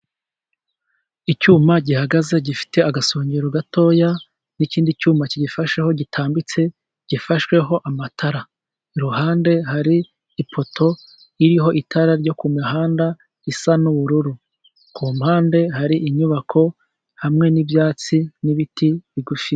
Icyuma gihagaze gifite agasongero gatoya, n'ikindi cyuma kigifasheho gitambitse gifashweho amatara. Iruhande hari ipoto iriho itara ryo ku mihanda risa n'ubururu, ku mpande hari inyubako hamwe n'ibyatsi n'ibiti bigufi.